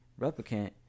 Replicant